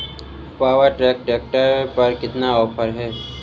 Power track tractor पर कितना offer है?